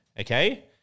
okay